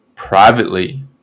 Privately